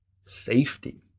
safety